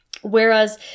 Whereas